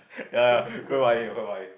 ya ya quite funny quite funny